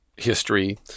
history